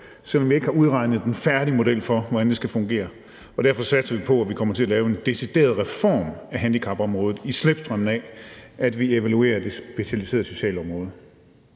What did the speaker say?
selv om vi ikke havde udregnet den færdige model for, hvordan det skal fungere. Derfor satsede vi på, at vi kommer til at lave en decideret reform af handicapområdet i slipstrømmen af, at vi evaluerer det specialiserede socialområde.